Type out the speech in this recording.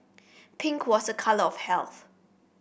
pink was a colour of health